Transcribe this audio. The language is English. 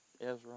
Ezra